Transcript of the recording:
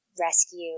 rescue